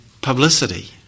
Publicity